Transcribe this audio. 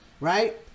right